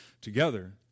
together